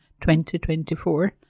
2024